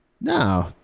No